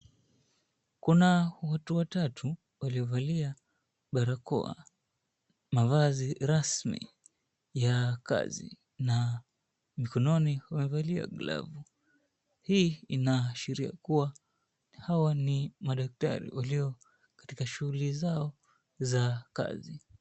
Kuna watu watatu waliovalia barakoa, mavazi rasmi ya kazi na mikononi wamevalia glavu. Hii inaashiria kuwa hawa ni madaktari waliokatika shughuli zao za kazi.